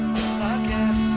again